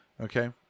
Okay